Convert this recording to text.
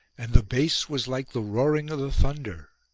and the bass was like the roaring of the thunder,